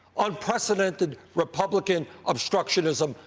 unprecedented republican obstructionism,